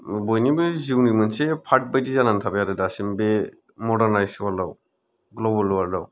बयनिबो जिउनि मोनसे पार्ट बायदि जानानै थाबाय आरो दासिम बे मर्डारनाइस वार्लडयाव ग्ल'बोल वार्लडयाव